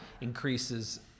increases